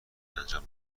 انجام